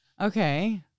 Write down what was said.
okay